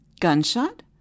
Gunshot